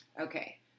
Okay